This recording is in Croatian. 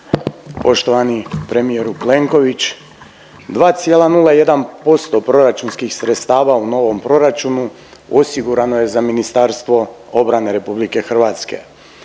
Poštovani premijeru Plenković, 2,01% proračunskih sredstava u novom proračunu osigurano je za Ministarstvo obrane Republike Hrvatske.